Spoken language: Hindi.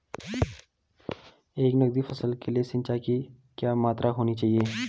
नकदी फसलों के लिए सिंचाई की क्या मात्रा होनी चाहिए?